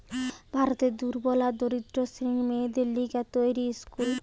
ভারতের দুর্বল আর দরিদ্র শ্রেণীর মেয়েদের লিগে তৈরী স্কুল